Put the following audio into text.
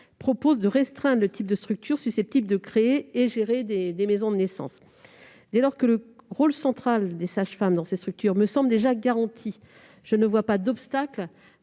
, visent à restreindre le type de structures susceptibles de créer et de gérer des maisons de naissance. Dès lors que le rôle central des sages-femmes dans ces structures me semble déjà garanti, je ne vois pas d'obstacle